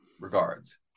regards